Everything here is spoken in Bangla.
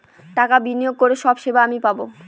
টাকা বিনিয়োগ করে সব সেবা আমি পাবো